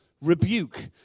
rebuke